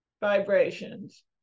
vibrations